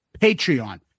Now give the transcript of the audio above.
Patreon